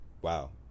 wow